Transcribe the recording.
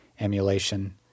emulation